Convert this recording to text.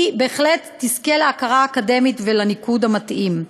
בהחלט יזכו להכרה אקדמית ולניקוד מתאים.